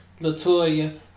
Latoya